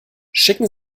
schicken